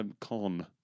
Con